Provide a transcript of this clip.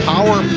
Power